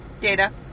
Data